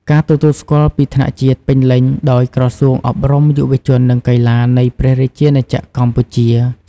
ការទទួលស្គាល់ពីថ្នាក់ជាតិពេញលេញដោយ ក្រសួងអប់រំ យុវជន និងកីឡា នៃព្រះរាជាណាចក្រកម្ពុជា។